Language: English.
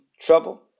trouble